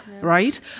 right